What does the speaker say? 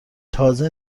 تازه